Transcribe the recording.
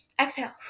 exhale